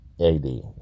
AD